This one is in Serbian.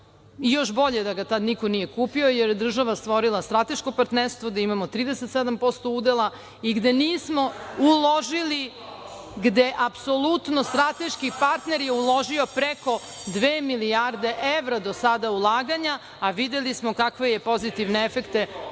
još bolje da ga tada niko nije kupio, jer je država stvorila strateško partnerstvo, gde imamo 37% udela i gde je strateški partner uložio preko dve milijarde evra do sada, a videli smo kakve je pozitivne efekte